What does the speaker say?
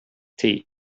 tea